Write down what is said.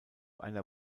einer